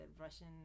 Russian